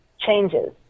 changes